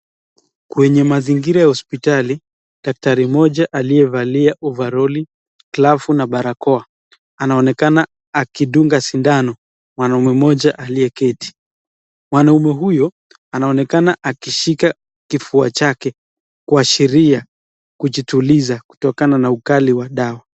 Kwenye mazingira ya hospitali, daktari mmoja aliyevaa uvaroli, glavu na barakoa anaonekana akidunga sindano mwanaume mmoja aliyeketi. Mwanaume huyo anaonekana akishika kifua chake kuashiria kujituliza kutokana na ukali wa dawa.